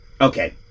Okay